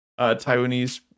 Taiwanese